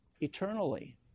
eternally